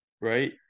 right